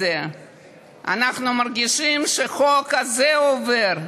אנחנו מרגישים שרק אחרי זה החוק הזה עובר.